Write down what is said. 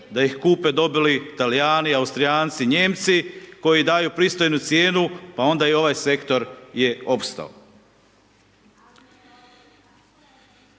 da ih kupe dobili Talijani, Austrijanci, Nijemci, koji daju pristojnu cijenu pa onda i ovaj sektor je opstao.